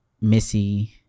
Missy